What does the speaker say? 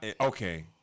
Okay